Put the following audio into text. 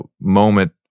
moment